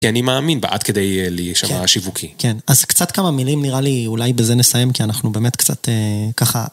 כי אני מאמין בעד כדי להישמע שיווקי. כן, אז קצת כמה מילים נראה לי אולי בזה נסיים, כי אנחנו באמת קצת ככה...